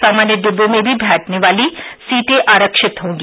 सामान्य डिब्बों में भी बैठने वाली सीटें आरक्षित होंगी